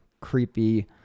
creepy